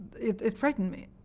it frightened me.